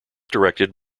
directed